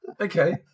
Okay